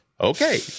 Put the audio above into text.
Okay